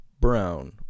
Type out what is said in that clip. brown